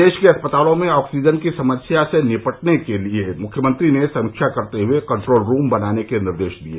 प्रदेश के अस्पतालों में ऑक्सीजन की समस्या से निपटने के लिए मुख्यमंत्री ने समीक्षा करते हुए कंट्रोल रूम बनाने के निर्देश दिये